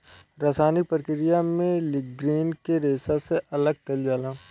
रासायनिक प्रक्रिया में लीग्रीन के रेशा से अलग कईल जाला